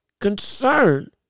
concern